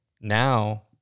now